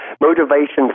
motivation